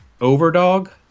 overdog